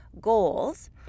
goals